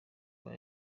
kuba